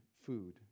food